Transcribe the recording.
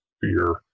fear